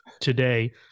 today